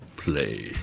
Play